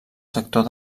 sector